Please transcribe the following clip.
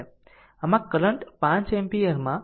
આમ આ કરંટ 5 એમ્પીયરમાં 4 4 ગુણ્યા 5 છે